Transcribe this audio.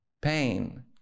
pain